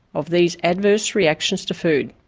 of these adverse reactions to food